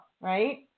right